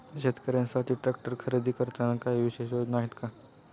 शेतकऱ्यांसाठी ट्रॅक्टर खरेदी करताना काही विशेष योजना आहेत का?